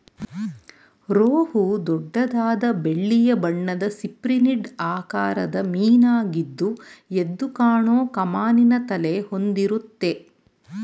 ರೋಹು ದೊಡ್ಡದಾದ ಬೆಳ್ಳಿಯ ಬಣ್ಣದ ಸಿಪ್ರಿನಿಡ್ ಆಕಾರದ ಮೀನಾಗಿದ್ದು ಎದ್ದುಕಾಣೋ ಕಮಾನಿನ ತಲೆ ಹೊಂದಿರುತ್ತೆ